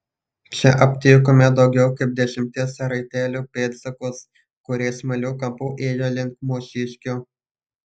čia aptikome daugiau kaip dešimties raitelių pėdsakus kurie smailiu kampu ėjo link mūsiškių